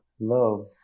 Love